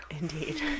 Indeed